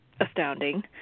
astounding